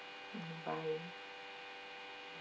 mm bye